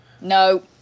No